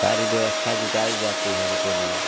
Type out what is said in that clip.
सारी व्यवस्था जुटाई जाती है उनके लिए